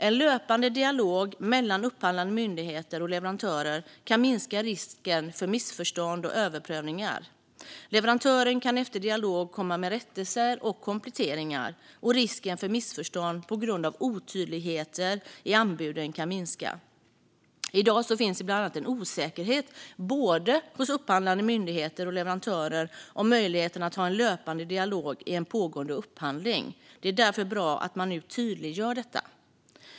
En löpande dialog mellan upphandlande myndigheter och leverantörer kan minska risken för missförstånd och överprövningar. Leverantören kan efter dialog komma med rättelser och kompletteringar, och risken för missförstånd på grund av otydligheter i anbuden kan minska. I dag finns det bland annat en osäkerhet hos både upphandlande myndigheter och leverantörer om möjligheten att ha en löpande dialog i en pågående upphandling. Det är därför bra att man nu tydliggör detta.